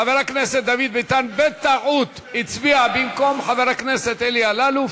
חבר הכנסת דוד ביטן בטעות הצביע במקום חבר הכנסת אלי אלאלוף.